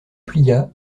plia